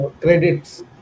credits